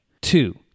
Two